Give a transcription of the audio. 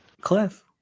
Cliff